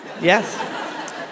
yes